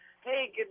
Hey